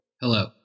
Hello